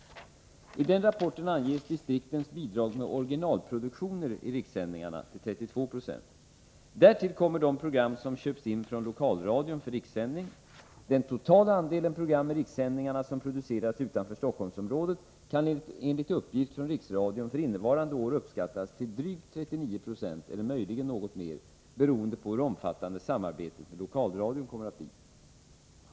I den rapporten anges distriktens bidrag med originalproduktioner i rikssändningarna till 3290. Därtill kommer de program som köps in från Lokalradion för rikssändning. Den totala andelen program i rikssändningarna som producerats utanför Stockholmsområdet kan enligt uppgift från Riksradion för innevarande år uppskattas till drygt 39 96 eller möjligen något mer, beroende på hur omfattande samarbetet med Lokalradion kommer att bli.